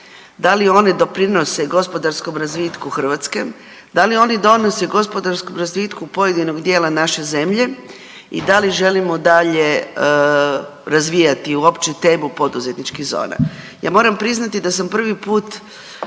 da li one doprinose gospodarskom razvitku Hrvatske, da li oni donose razvitku pojedinog dijela naše zemlje i da li želimo dalje razvijati uopće temu poduzetničkih zona. Ja moram priznati da sam prvi put